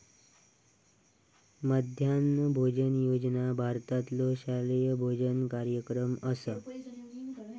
मध्यान्ह भोजन योजना भारतातलो शालेय भोजन कार्यक्रम असा